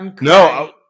No